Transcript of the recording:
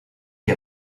qui